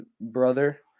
brother